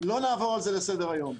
לא נעבור על זה לסדר היום.